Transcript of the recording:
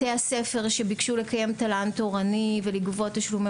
בתי הספר שביקשו לקיים תל"ן תורני ולגבות תשלומי